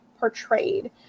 portrayed